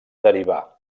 derivar